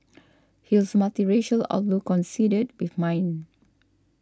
his multiracial outlook conceded with mine